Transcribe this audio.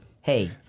Hey